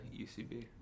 UCB